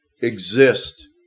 exist